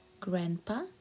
Grandpa